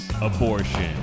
abortion